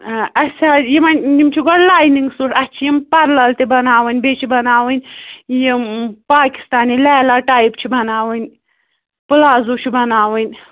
آ اچھا یِم وۅنۍ یِم چھِ گۅڈٕ لاینِگ سوٗٹ اَسہِ چھِ یِم پرلل تہِ بَناوٕنۍ بیٚیہِ چھِ بَناوٕنۍ یِم پأکِستٲنی لیلا ٹایپ چھِ بَناوٕنۍ پُِلازوٗ چھُ بَناوٕنۍ